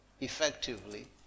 effectively